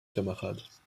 camarades